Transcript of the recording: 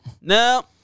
No